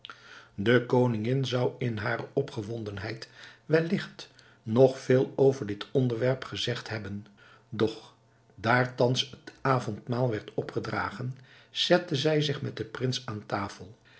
de koningin zou in hare opgewondenheid willigt nog veel over dit onderwerp gezegd hebben doch daar thans het avondmaal werd opgedragen zette zij zich met den prins aan tafel